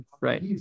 right